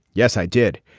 yes i did.